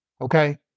okay